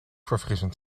verfrissend